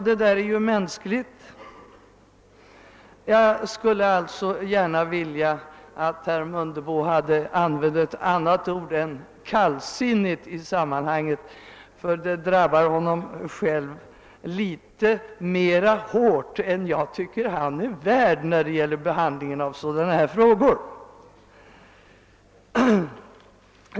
Det där är ju mänskligt, men jag skulle gärna vilja att herr Mundebo använt ett annat ord än »kallsinnigt« i sammanhanget, ty det drabbar honom själv litet mera hårt än vad jag tycker han är värd när det gäller behandlingen av sådana här frågor.